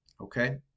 okay